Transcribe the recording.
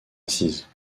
assise